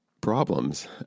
problems